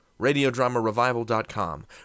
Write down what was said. radiodramarevival.com